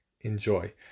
enjoy